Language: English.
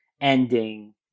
ending